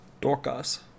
Dorcas